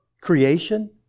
creation